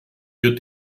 wir